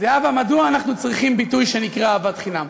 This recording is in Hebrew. זהבה, מדוע אנחנו צריכים ביטוי שנקרא אהבת חינם?